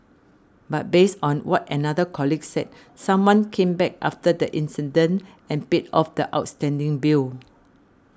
but based on what another colleague said someone came back after the incident and paid off the outstanding bill